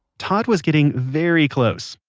todd was getting very close.